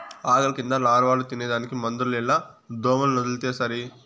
ఆకుల కింద లారవాలు తినేదానికి మందులేల దోమలనొదిలితే సరి